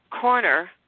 corner